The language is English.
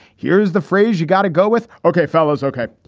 here is the phrase you got to go with. ok, fellows. ok,